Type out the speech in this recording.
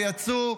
ויצאו,